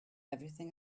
everything